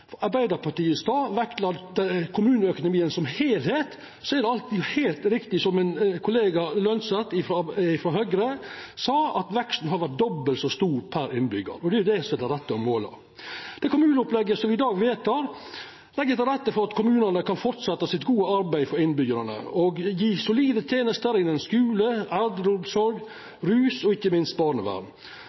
Arbeidarpartiet i stad vektla kommuneøkonomien som heilskap, er det heilt riktig som min kollega Lønseth frå Høgre sa, at veksten har vore dobbelt så stor per innbyggjar – og det er jo det som er det rette å måla. Kommuneopplegget som me i dag vedtek, legg til rette for at kommunane kan fortsetja sitt gode arbeid for innbyggjarane og gje solide tenester innan skule, eldreomsorg, rus og ikkje minst barnevern.